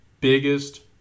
biggest